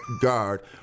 guard